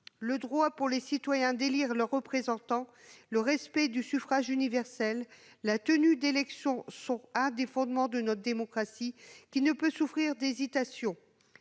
Le droit pour les citoyens d'élire leurs représentants, le respect du suffrage universel et la tenue d'élections sont au fondement de notre démocratie : ils ne sauraient souffrir d'hésitations,